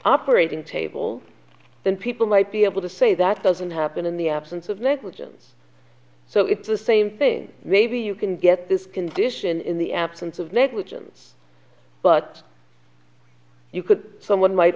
operating table then people might be able to say that doesn't happen in the absence of negligence so it's the same thing maybe you can get this condition in the absence of negligence but you could someone might